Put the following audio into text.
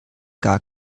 gar